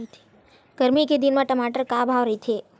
गरमी के दिन म टमाटर का भाव रहिथे?